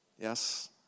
Yes